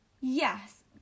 Yes